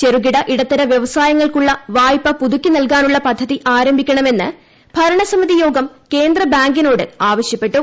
ചെറുകിട ഇടത്തര വൃവസായങ്ങൾക്കുള്ള വായ്പ പുതുക്കി നൽകാനുള്ള പദ്ധതി ആരംഭിക്കണമെന്ന് ഭരണസമിതിയോഗം കേന്ദ്ര ബാങ്കിനോട് ആവശ്യപ്പെട്ടു